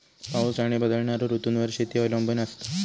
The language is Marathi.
पाऊस आणि बदलणारो ऋतूंवर शेती अवलंबून असता